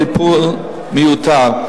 טיפול מיותר.